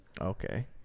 okay